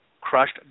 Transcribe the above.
crushed